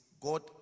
God